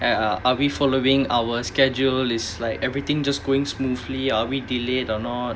are are are we following our schedule is like everything just going smoothly are we delayed or not